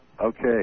Okay